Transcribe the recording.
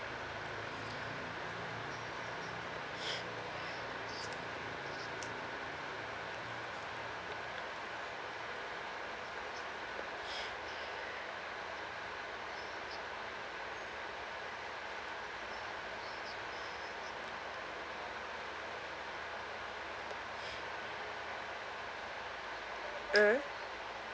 mmhmm